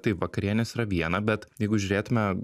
taip vakarienės yra viena bet jeigu žiūrėtume